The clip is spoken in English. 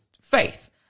faith